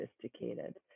sophisticated